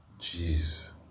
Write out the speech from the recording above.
jeez